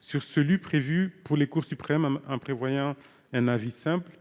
sur celui prévu pour les cours suprêmes, en prévoyant un avis simple,